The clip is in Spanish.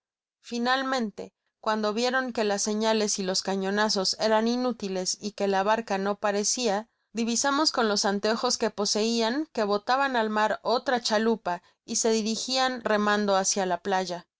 finalmente cuando vieron que las señales y los cañonazos eran inútiles y que la barca no parecia divisamos con los anteojos que poseia que botaban al mar otra chalupa y se dirigian remando hácia la playa